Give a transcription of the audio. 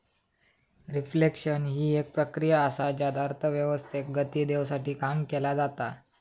reflection हि एक प्रक्रिया असा ज्यात अर्थव्यवस्थेक गती देवसाठी काम केला जाता